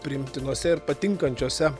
priimtinose ir patinkančiose